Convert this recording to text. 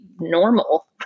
normal